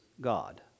God